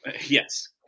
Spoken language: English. yes